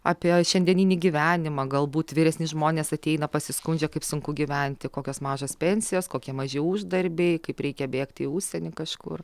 apie šiandieninį gyvenimą galbūt vyresni žmonės ateina pasiskundžia kaip sunku gyventi kokios mažos pensijos kokie maži uždarbiai kaip reikia bėgti į užsienį kažkur